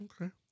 Okay